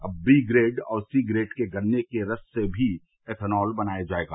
अब B grade और C grade के गन्ने के रस से भी एथनाल बनाया जाएगा